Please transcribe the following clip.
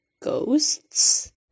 ghosts